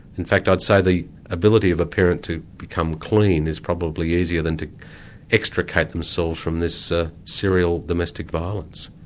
in fact i'd say the ability of a parent to become clean is probably easier than to extricate themselves from this ah serial domestic violence.